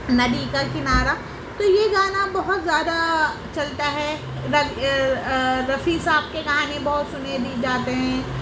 ندی کا کنارا تو یہ گانا بہت زیادہ چلتا ہے رفیع صاحب کے گانے بہت سنے بھی جاتے ہیں